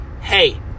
hey